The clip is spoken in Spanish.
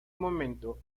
momento